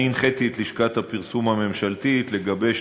הנחיתי את לשכת הפרסום הממשלתית לגבש